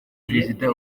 perezida